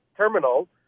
terminal